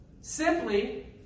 simply